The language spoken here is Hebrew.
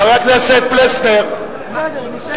חבר הכנסת פלסנר, בסדר, אנחנו מתואמים.